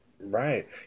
Right